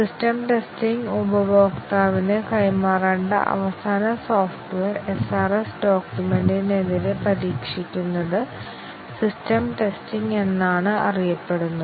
system testing ഉപഭോക്താവിന് കൈമാറേണ്ട അവസാന സോഫ്റ്റ്വെയർ SRS ഡോക്യുമെന്റിനെതിരെ പരീക്ഷിക്കുന്നത് സിസ്റ്റം ടെസ്റ്റിംഗ് എന്നാണ് അറിയപ്പെടുന്നത്